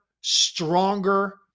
stronger